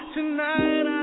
Tonight